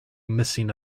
missing